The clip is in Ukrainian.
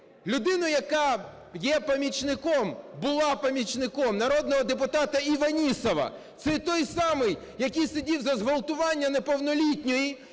помічником, була помічником народного депутата Іванісова. Це той самий, який сидів за зґвалтування неповнолітньої,